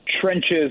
trenches